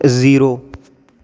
zero